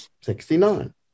sixty-nine